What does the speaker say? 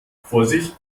vorsicht